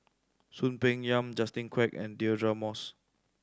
Soon Peng Yam Justin Quek and Deirdre Moss